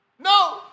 No